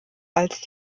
als